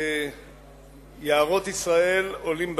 ויערות ישראל עולים באש.